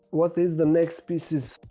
what is the next species?